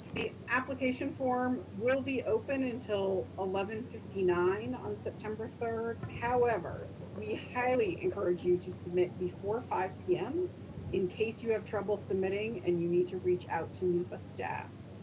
the application form will be open until eleven fifty nine on september third. however, we highly encourage you to submit before five zero pm in case you have trouble submitting and you need to reach out to nefa staff.